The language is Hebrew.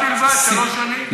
עשרה בלבד במשך שלוש שנים.